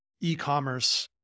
E-commerce